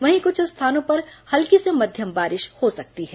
वहीं कुछ स्थानों पर हल्की से मध्यम बारिश हो सकती है